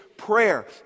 prayer